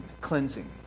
cleansing